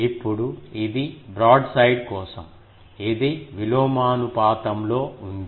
ఇప్పుడు ఇది బ్రాడ్సైడ్ కోసం ఇది విలోమానుపాతంలో ఉంది